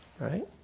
right